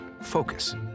focus